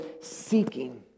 seeking